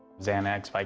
xanax, like